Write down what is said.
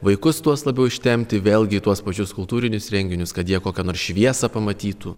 vaikus tuos labiau ištempti vėlgi į tuos pačius kultūrinius renginius kad jie kokią nors šviesą pamatytų